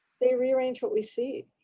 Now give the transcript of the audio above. they rearrange what we see.